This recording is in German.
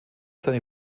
seine